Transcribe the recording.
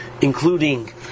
including